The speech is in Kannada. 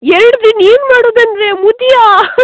ಎರಡು ದಿನ ಏನು ಮಾಡೋದು ಅಂದರೆ ಮದುವಿಯಾ